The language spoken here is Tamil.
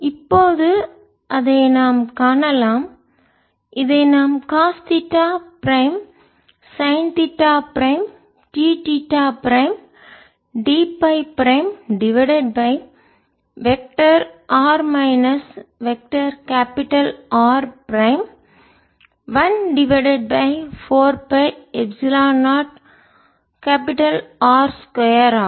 இப்போது அதை நாம் காணலாம் இதை நாம் cos theta prime sine theta prime d theta prime d phi prime divided by vector r minus vector R prime 1 divided by 4 pi epsilon naught R 2 ஆகும்